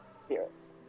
spirits